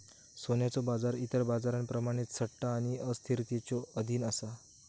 सोन्याचो बाजार इतर बाजारांप्रमाणेच सट्टा आणि अस्थिरतेच्यो अधीन असा